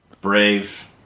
Brave